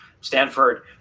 Stanford